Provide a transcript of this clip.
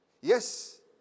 Yes